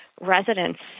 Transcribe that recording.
residents